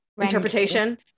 interpretation